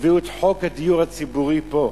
הביאו את חוק הדיור הציבורי פה,